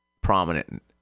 prominent